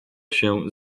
się